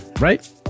right